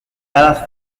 dallas